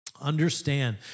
Understand